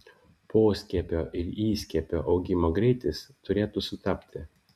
poskiepio ir įskiepio augimo greitis turėtų sutapti